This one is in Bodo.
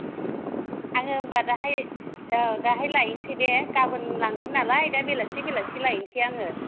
आङो होनबा दाहाय औ दाहाय लायनोसै दे गाबोन लांगोन नालाय दा बेलासि बेलासि लायनोसै आङो